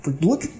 Look